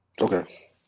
Okay